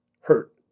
hurt